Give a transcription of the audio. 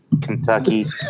Kentucky